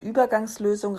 übergangslösung